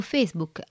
Facebook